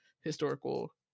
historical